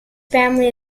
family